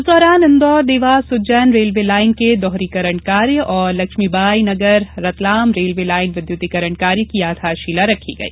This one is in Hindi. इस दौरान इंदौर देवास उज्जैन रेलवे लाइन के दोहरीकरण कार्य और लक्ष्मीबाई नगर रतलाम रेलवे लाइन विद्युतीकरण कार्य की आधारशिला रखी गई